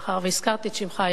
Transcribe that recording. מאחר שהזכרתי את שמך,